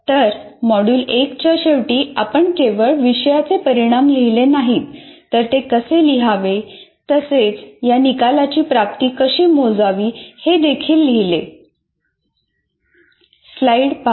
तर मॉड्यूल 1 च्या शेवटी आपण केवळ विषयाचे परिणाम लिहिले नाहीत तर ते कसे लिहावे तसेच या निकालांची प्राप्ती कशी मोजावी हे देखील लिहिले